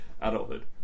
adulthood